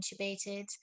intubated